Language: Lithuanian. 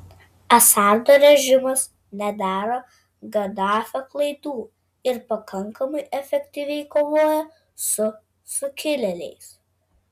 assado režimas nedaro gaddafio klaidų ir pakankamai efektyviai kovoja su sukilėliais